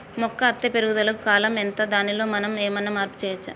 మొక్క అత్తే పెరుగుదల కాలం ఎంత దానిలో మనం ఏమన్నా మార్పు చేయచ్చా?